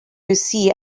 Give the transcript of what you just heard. use